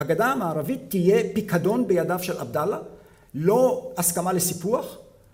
‫הגדה המערבית תהיה פיקדון ‫בידיו של עבדאללה, לא הסכמה לסיפוח.